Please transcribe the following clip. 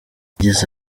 yagize